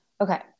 Okay